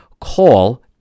call